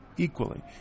equally